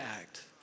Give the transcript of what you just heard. act